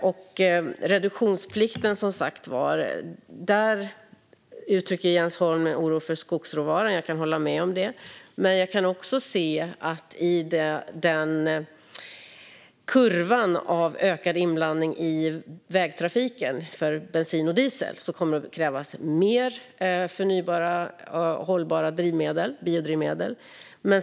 När det gäller reduktionsplikten uttrycker Jens Holm en oro för skogsråvaran. Jag kan hålla med om den. Men jag kan också se på kurvan över ökad inblandning i bensin och diesel i vägtrafiken att det kommer att krävas mer förnybara och hållbara biodrivmedel.